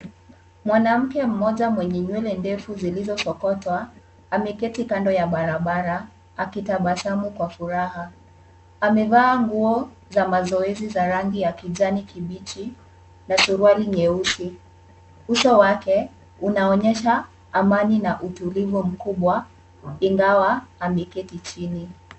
Mwanamke mmoja mwenye nywele ndefu zilizosokotwa, ameketi kando ya barabara akitabasamu kwa furaha. Amevaa nguo za mazoezi za rangi ya kijani kibichi na suruali nyeusi. Uso wake unaonyesha amani na utulivu mkubwa, ingawa ameketi chini.